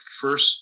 first